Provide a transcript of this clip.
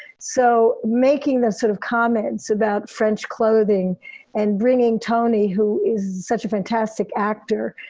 so making those sort of comments about french clothing and bringing tony, who is such a fantastic actor,